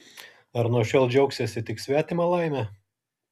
ar nuo šiol džiaugsiesi tik svetima laime